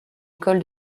école